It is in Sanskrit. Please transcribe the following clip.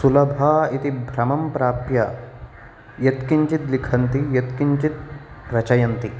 सुलभा इति भ्रमं प्राप्य यत् किञ्चित् लिखन्ति यत् किञ्चित् रचयन्ति